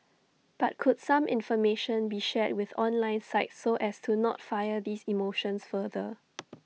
but could some information be shared with online sites so as to not fire these emotions further